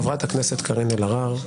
חברת הכנסת קארין אלהרר.